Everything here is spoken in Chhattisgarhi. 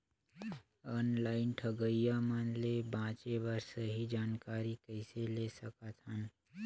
ऑनलाइन ठगईया मन ले बांचें बर सही जानकारी कइसे ले सकत हन?